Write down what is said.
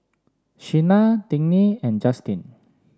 Sheena Tiney and Justyn